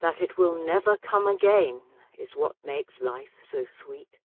that it will never come again is what makes life so sweet?